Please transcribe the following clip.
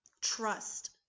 trust